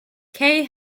kay